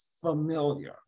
Familiar